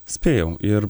spėjau ir